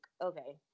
okay